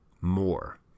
more